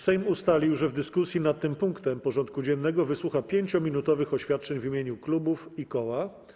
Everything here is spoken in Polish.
Sejm ustalił, że w dyskusji nad tym punktem porządku dziennego wysłucha 5-minutowych oświadczeń w imieniu klubów i koła.